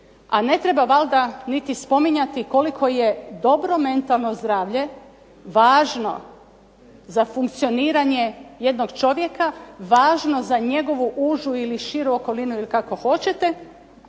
a ne treba valjda niti spominjati koliko je dobro mentalno zdravlje važno za funkcioniranje jednog čovjeka, važno za njegovu užu ili širu okolinu ili kako hoćete,